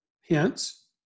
Hence